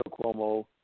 Cuomo